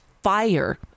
fire